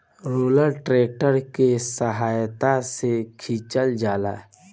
roller tractor के सहायता से खिचल जाला